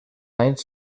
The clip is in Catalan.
anys